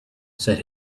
said